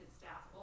staff